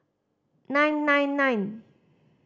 nine nine nine